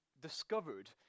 discovered